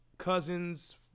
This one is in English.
cousins